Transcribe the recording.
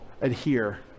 adhere